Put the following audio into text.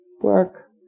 Work